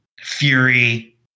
Fury